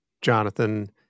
Jonathan